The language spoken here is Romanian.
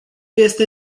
este